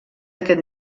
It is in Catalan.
aquest